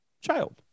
child